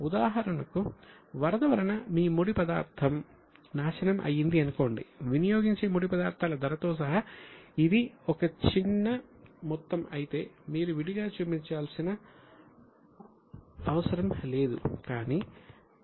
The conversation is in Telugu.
ఉదాహరణకు వరద వలన మీ ముడి పదార్థం నాశనం అయ్యింది అనుకోండి వినియోగించే ముడి పదార్థాల ధరతో సహా ఇది ఒక చిన్న మొత్తం అయితే మీరు విడిగా చూపించాల్సిన అవసరం లేదు